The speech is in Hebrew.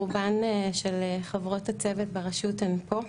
רובן של חברות הצוות ברשות הן פה,